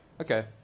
Okay